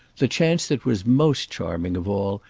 the chance that was most charming of all,